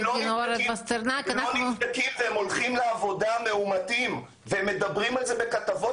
הם לא נבדקים והם הולכים לעבודה מאומתים והם מדברים על זה בכתבות